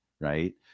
right